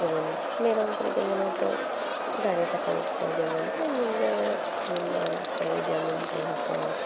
ᱡᱮᱢᱚᱱ ᱢᱮᱨᱚᱢ ᱠᱚᱫᱚ ᱡᱮᱢᱚᱱ ᱦᱚᱭᱛᱚ ᱫᱟᱨᱮ ᱥᱟᱠᱟᱢ ᱠᱚ ᱡᱮᱢᱚᱱ ᱢᱩᱱᱜᱟᱹ ᱢᱩᱱᱜᱟᱹ ᱟᱲᱟᱜ ᱠᱚ ᱡᱟᱹᱱᱩᱢ ᱯᱟᱞᱦᱟ ᱠᱚ